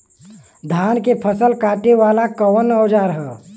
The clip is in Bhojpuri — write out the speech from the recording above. धान के फसल कांटे वाला कवन औजार ह?